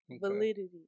Validity